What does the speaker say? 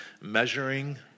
measuring